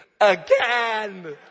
again